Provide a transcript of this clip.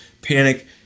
panic